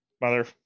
mother